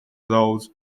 those